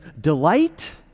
delight